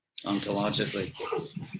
ontologically